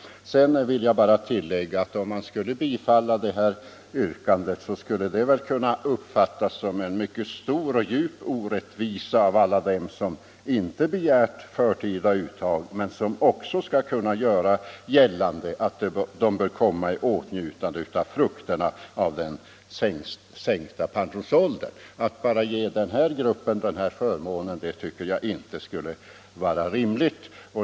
Om vi skulle bifalla det motionsyrkande som det här gäller, skulle det kunna uppfattas som en mycket stor och djup orättvisa av alla dem som inte har begärt förtida uttag men som också kan göra gällande att de bör kunna komma i åtnjutande av frukterna av den sänkta pensionsåldern. Att bara ge en grupp denna förmån är inte rimligt.